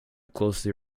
closely